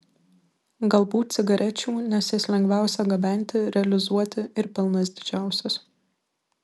galbūt cigarečių nes jas lengviausia gabenti realizuoti ir pelnas yra didžiausias